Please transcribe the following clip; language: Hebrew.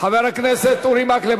חבר הכנסת אורי מקלב,